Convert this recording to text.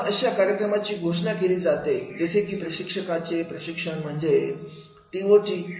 मी अशा कार्यक्रमाची घोषणा केली जाते जसे की प्रशिक्षकांचे प्रशिक्षण म्हणजे टी ओ टी